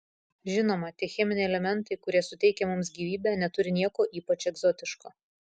žinoma tie cheminiai elementai kurie suteikia mums gyvybę neturi nieko ypač egzotiško